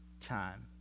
time